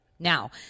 Now